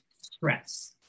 stress